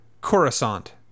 Coruscant